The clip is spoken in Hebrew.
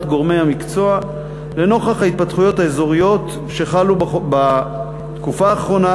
גורמי המקצוע לנוכח ההתפתחויות האזוריות שחלו בתקופה האחרונה,